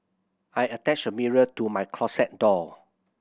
I attached a mirror to my closet door